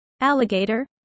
Alligator